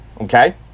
Okay